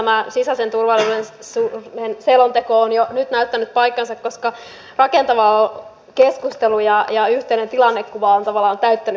tämä sisäisen turvallisuuden selonteko on jo nyt näyttänyt paikkansa koska rakentava keskustelu ja yhteinen tilannekuva ovat tavallaan täyttäneet salin